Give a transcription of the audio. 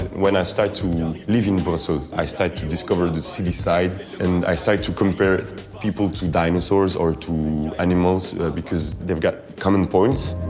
when i started to live in brussels, i started to discover the city sights and i started to compare people to dinosaurs or to animals because they've got common points.